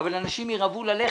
אבל אנשים ירעבו ללחם.